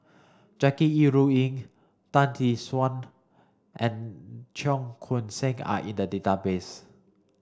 Jackie Yi Ru Ying Tan Tee Suan and Cheong Koon Seng are in the database